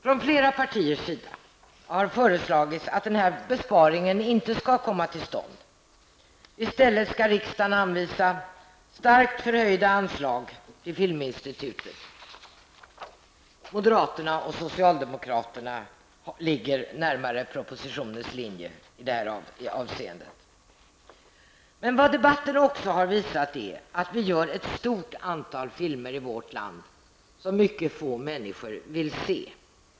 Från flera partiers sida har föreslagits att den här besparingen inte skall komma till stånd. I stället skall riksdagen anvisa starkt förhöjda anslag till Filminstitutet. Moderaterna och socialdemokraterna ligger närmare propositionens linje i det avseendet. Vad debatten också har visat är att det görs ett stort antal filmer i vårt land som mycket få människor vill se.